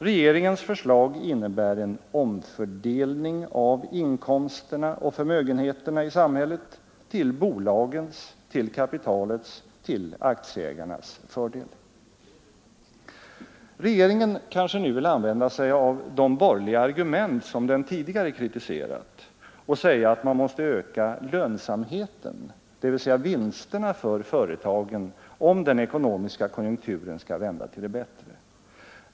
Regeringens förslag innebär en omfördelning av inkomsterna och förmögenheterna i samhället till bolagens, till kapitalets, till akti Regeringen vill nu kanske använda sig av de borgerliga argument, som den tidigare kritiserat, och säga att man måste öka ”lönsamheten”, dvs. vinsterna, för företagen, om den ekonomiska konjunkturen skall vända till det bättre.